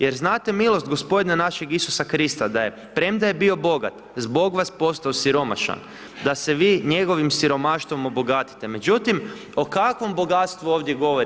Jer znate milost gospodina našeg Isusa Krista da je, premda je bio bogat, zbog vas postao siromašan, da se vi njegovim siromaštvom obogatite.“ Međutim, o kakvom bogatstvu ovdje govori?